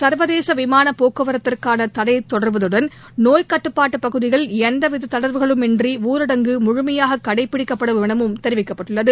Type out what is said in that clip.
சர்வதேசவிமானபோக்குவரத்திற்கானதனடதொடருவதுடன் நோய் கட்டுப்பாட்டுபகுதியில் எந்தவிததளர்வுகளுமின்றிணரடங்கு முழுமையாககடைப்பிடிக்கப்படும் எனவும் தெரிவிக்கப்பட்டுள்ளது